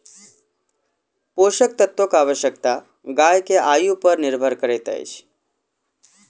पोषक तत्वक आवश्यकता गाय के आयु पर निर्भर करैत अछि